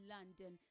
London